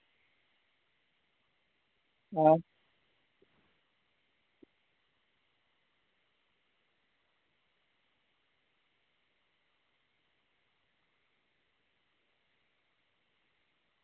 आं